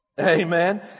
Amen